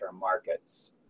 markets